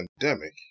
pandemic